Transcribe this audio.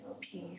peace